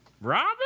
Robin